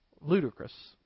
ludicrous